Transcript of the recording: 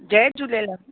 Jay Jhulelal